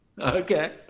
Okay